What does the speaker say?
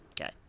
okay